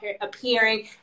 appearing